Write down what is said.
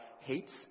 hates